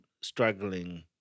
struggling